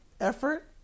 effort